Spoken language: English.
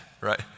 right